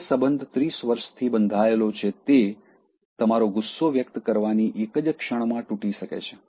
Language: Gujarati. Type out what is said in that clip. જે સંબંધ ત્રીસ વર્ષથી બંધાયેલો છે તે તમારા ગુસ્સો વ્યકત કરવાની એક જ ક્ષણમાં તૂટી શકે છે